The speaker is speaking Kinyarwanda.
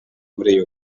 muri